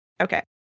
Okay